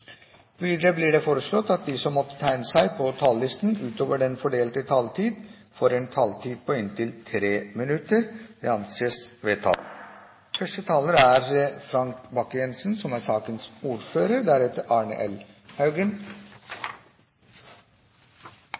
Videre blir det foreslått at de som måtte tegne seg på talerlisten utover den fordelte taletid, får en taletid på inntil 3 minutter. – Det anses vedtatt. Reindrift er et viktig ansvarsområde for næringskomiteen. Det er også derfor det er et tema som